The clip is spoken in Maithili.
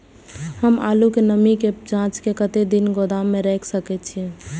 हम आलू के नमी के जाँच के कतेक दिन गोदाम में रख सके छीए?